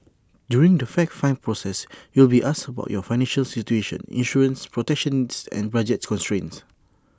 during the fact find process you will be asked about your financial situation insurance protections and budget constraints